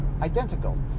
identical